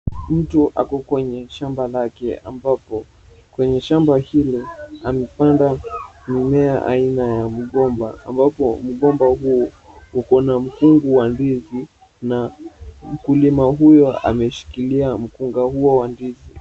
Mtu ako kwenye shamba lake ambapo kwenye shamba hilo amepanda mimea aina ya mgomba, ambapo mgomba huo uko na mkungu wa ndizi na mkulima huyo ameshikilia mkungu huo wa ndizi.